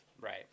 Right